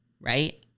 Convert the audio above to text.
right